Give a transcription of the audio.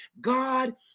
God